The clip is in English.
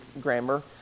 grammar